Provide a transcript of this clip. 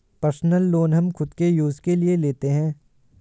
personal loan हम खुद के यूज के लिए लेते है